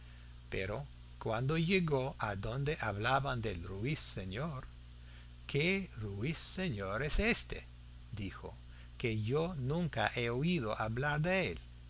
pero cuando llegó adonde hablaban del ruiseñor qué ruiseñor es éste dijo que yo nunca he oído hablar de él